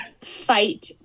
fight